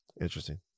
Interesting